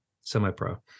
semi-pro